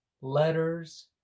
letters